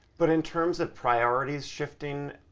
but in terms of priorities shifting.